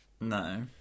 no